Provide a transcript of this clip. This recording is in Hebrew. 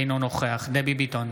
אינו נוכח דבי ביטון,